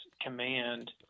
command